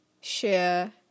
share